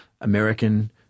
American